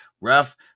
Rough